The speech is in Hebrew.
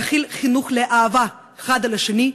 להחיל חינוך לאהבה האחד לשני.